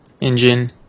engine